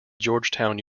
georgetown